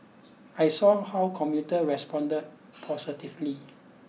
I saw how commuters responded positively